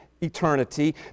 eternity